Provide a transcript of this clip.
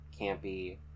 campy